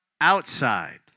outside